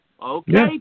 Okay